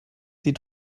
sie